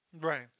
right